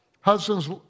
Husbands